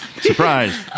Surprise